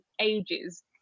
ages